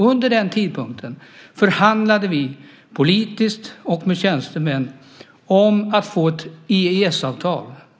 Vid den tidpunkten förhandlade vi, politiskt och med tjänstemän, om att få ett EES-avtal.